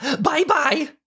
bye-bye